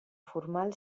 formal